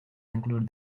include